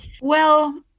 Well-